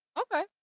Okay